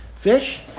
Fish